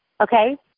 Okay